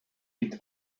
est